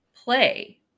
play